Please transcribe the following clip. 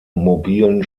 mobilen